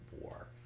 war